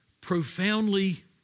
profoundly